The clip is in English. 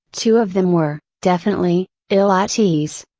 two of them were, definitely, ill at ease.